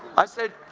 i said,